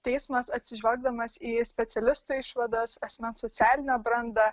teismas atsižvelgdamas į specialistų išvadas asmens socialinę brandą